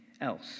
else